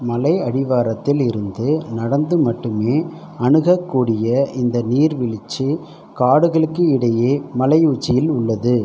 மலை அடிவாரத்தில் இருந்து நடந்து மட்டுமே அணுகக்கூடிய இந்த நீர்வீழ்ச்சி காடுகளுக்கு இடையே மலை உச்சியில் உள்ளது